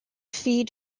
feed